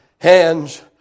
Hands